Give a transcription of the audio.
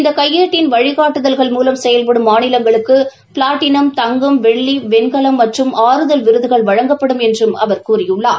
இந்த கையேட்டின் வழிகாட்டுதல்கள் மூலம் செயல்படும் மாநிலங்களுக்கு பிளாட்டினம் தங்கம் வெள்ளி வெண்கலம் மற்றும் ஆறுதல் விருதுகள் வழங்கப்படும் என்றும் அவர் கூறியுள்ளார்